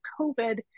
COVID